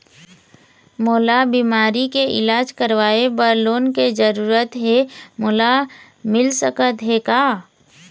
मोला बीमारी के इलाज करवाए बर लोन के जरूरत हे मोला मिल सकत हे का?